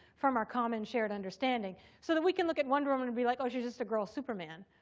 from our common shared understanding. so that we can look at wonder woman and be like, oh she's just a girl superman.